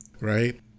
right